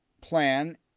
plan